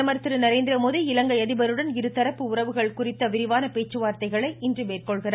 பிரதமர் திரு நரேந்திரமோடி இலங்கை அதிபருடன் இருதரப்பு உறவுகள் குறித்த விரிவான பேச்சுவார்த்தைகளை இன்று மேற்கொள்கிறார்